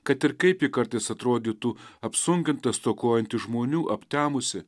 kad ir kaip ji kartais atrodytų apsunkinta stokojanti žmonių aptemusi